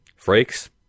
frakes